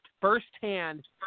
firsthand